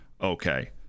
okay